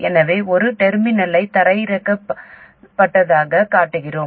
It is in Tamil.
எனவே ஒரு டெர்மினலை தரையிறக்கியதாகக் காட்டுகிறோம்